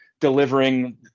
delivering